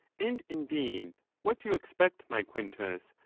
and indeed what you expect, my quintus,